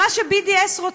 מה ש- BDSרוצים.